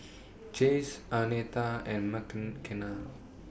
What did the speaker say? Jace Arnetta and Mckenna